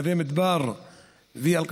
נווה מדבר ואל-קסום,